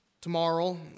Tomorrow